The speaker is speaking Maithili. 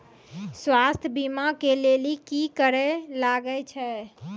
स्वास्थ्य बीमा के लेली की करे लागे छै?